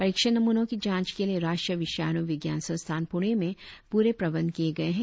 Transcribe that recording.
परीक्षण नमूनों की जांच के लिए राष्ट्रीय विषाणु विज्ञान संस्थान पूणे में प्ररे प्रबंध किए गए हैं